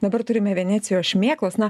dabar turime venecijos šmėklos na